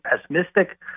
pessimistic